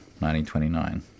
1929